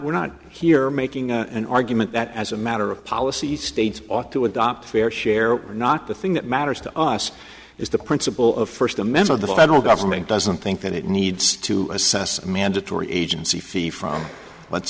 we're not here making an argument that as a matter of policy states ought to adopt fair share or not the thing that matters to us is the principle of first a member of the federal government doesn't think that it needs to assess a mandatory agency fee from let's